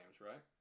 right